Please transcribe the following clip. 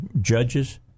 judge's